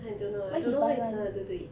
I don't know I don't know what he's gonna do to it